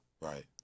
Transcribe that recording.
Right